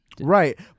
right